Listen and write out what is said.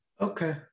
Okay